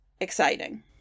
exciting